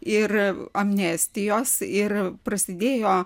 ir amnestijos ir prasidėjo